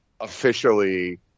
officially